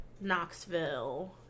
knoxville